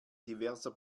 diverser